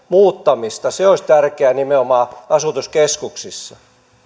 muuttamista se olisi tärkeää nimenomaan asutuskeskuksissa